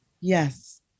yes